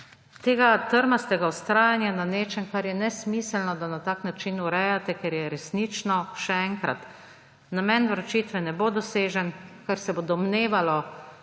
tega trmastega vztrajanja na nečem, kar je nesmiselno, da na tak način urejate, ker resnično, še enkrat, namen vročitve ne bo dosežen, ker se bo domnevalo,